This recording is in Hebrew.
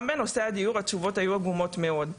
גם בנושא הדיור התשובות היו עגומות מאוד.